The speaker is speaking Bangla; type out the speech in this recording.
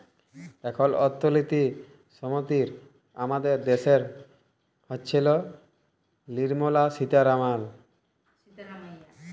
এখল অথ্থলিতি মলতিরি আমাদের দ্যাশের হচ্ছেল লির্মলা সীতারামাল